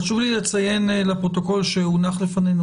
חשוב לי לציים לפרוטוקול שהונח לפנינו